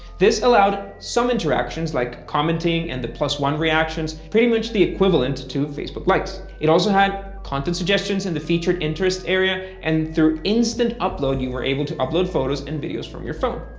this allowed some interactions like commenting and the one reactions, pretty much the equivalent to facebook likes. it also had content suggestions in the featured interests area, and through instant upload you were able to upload photos and videos from your phone.